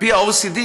על-פי ה-OECD,